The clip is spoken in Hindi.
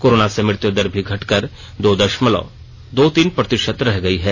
कोरोना से मृत्यु दर भी घटकर दो दशमलव दो तीन प्रतिशत रह गई है